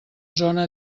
zona